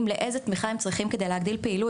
לאיזו תמיכה הם צריכים כדי להגדיל פעילות,